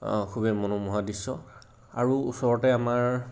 খুবেই মনোমোহা দৃশ্য আৰু ওচৰতে আমাৰ